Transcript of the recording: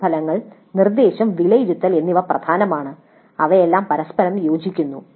course ഫലങ്ങൾ നിർദ്ദേശം വിലയിരുത്തൽ എന്നിവ വളരെ പ്രധാനമാണ് അവയെല്ലാം പരസ്പരം യോജിക്കുന്നു